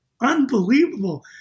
unbelievable